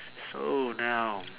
so now